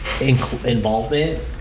involvement